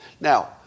Now